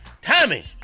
Tommy